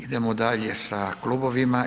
Idemo dalje sa klubovima.